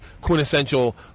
quintessential